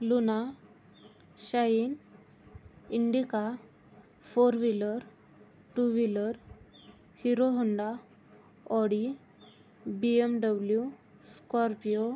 luna shine Indica four wheeler two wheeler Hero Honda Audi BMW scorpio